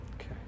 Okay